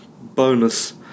bonus